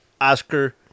Oscar